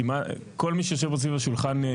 כל מי שיושב פה סביב לשולחן,